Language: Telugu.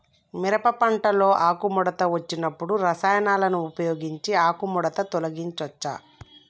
మిరప పంటలో ఆకుముడత వచ్చినప్పుడు రసాయనాలను ఉపయోగించి ఆకుముడత తొలగించచ్చా?